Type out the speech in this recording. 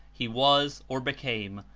he was, or, became,